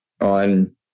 on